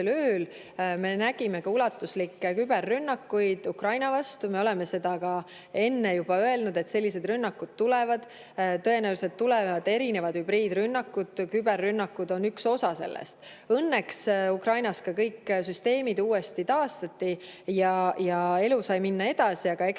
Me nägime ka ulatuslikke küberrünnakuid Ukraina vastu. Me oleme seda ka enne öelnud, et sellised rünnakud tulevad. Tõenäoliselt tulevad erinevad hübriidrünnakud, küberrünnakud on üks osa nendest. Õnneks Ukrainas kõik süsteemid taastati ja elu sai minna edasi, aga eks neid